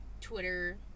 twitter